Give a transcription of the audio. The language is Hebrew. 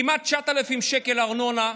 כמעט 9,000 שקל ארנונה,